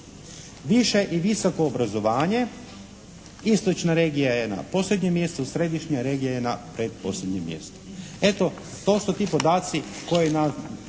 Više i visoko obrazovanje istočna regija je na posljednjem mjestu, središnja regija je na pretposljednjem mjestu. Eto to su ti podaci koji nas